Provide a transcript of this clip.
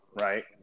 right